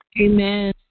Amen